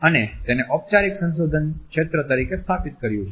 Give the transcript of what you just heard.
અને તેને ઔપચારિક સંશોધન ક્ષેત્ર તરીકે સ્થાપિત કર્યું છે